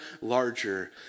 larger